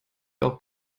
auch